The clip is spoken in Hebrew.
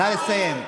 נא לסיים.